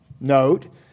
note